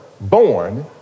born